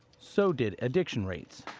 so did addiction rates.